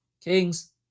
Kings